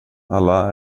alla